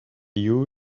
you